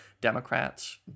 Democrats